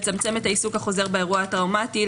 לצמצם את העיסוק החוזר באירוע הטראומתי,